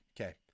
Okay